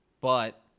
but-